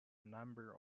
number